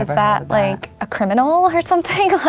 that like a criminal or something?